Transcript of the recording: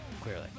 clearly